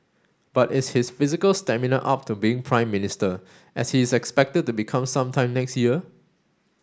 but is his physical stamina up to being Prime Minister as he is expected to become some time next year